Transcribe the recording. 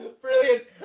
Brilliant